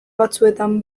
batzuetan